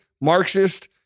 Marxist